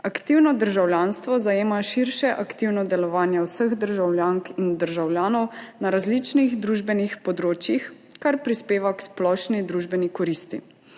Aktivno državljanstvo zajema širše aktivno delovanje vseh državljank in državljanov na različnih družbenih področjih, kar prispeva k splošni družbeni koristi.